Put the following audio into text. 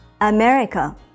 America